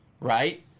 right